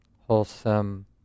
wholesome